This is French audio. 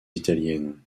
italiennes